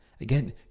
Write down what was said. Again